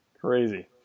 Crazy